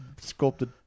sculpted